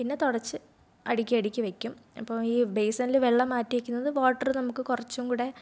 പിന്നെ തുടച്ച് അടിക്കി അടിക്കി വെക്കും അപ്പോൾ ഈ ബെയ്സിനിൽ വെള്ളം മാറ്റി വെക്കുന്നത് വാട്ടർ നമുക്ക് കുറച്ചും കൂടി